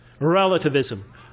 relativism